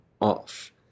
off